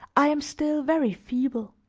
i am still very feeble